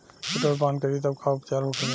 Petrol पान करी तब का उपचार होखेला?